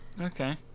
Okay